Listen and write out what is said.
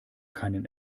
keinen